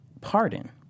pardon